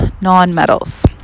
non-metals